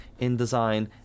InDesign